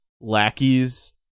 lackeys